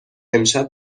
امشب